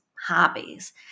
hobbies